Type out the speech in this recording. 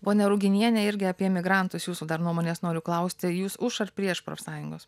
ponia ruginiene irgi apie imigrantus jūsų dar nuomonės noriu klausti jūs už ar prieš profsąjungos